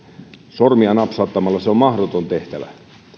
sormia napsauttamalla on mahdoton tehtävä